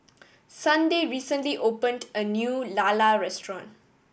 Sunday recently opened a new lala restaurant